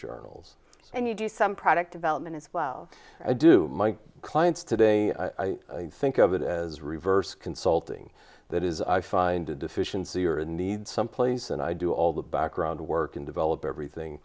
journals and you do some product development as well i do my clients today i think of it as reverse consulting that is i find a deficiency or a need someplace and i do all the background work and develop everything